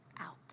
out